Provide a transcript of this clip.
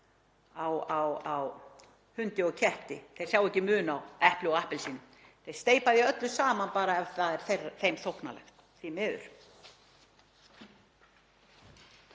á hundi og ketti, sjá ekki mun á epli og appelsínu, þeir steypa því öllu saman, bara ef það er þeim þóknanlegt, því miður.